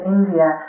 India